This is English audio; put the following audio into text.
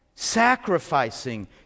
sacrificing